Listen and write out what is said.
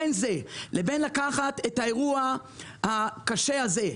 בין זה לבין לקחת את האירוע הקשה הזה,